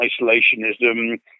isolationism